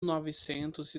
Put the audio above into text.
novecentos